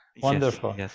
Wonderful